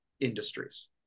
industries